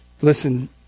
Listen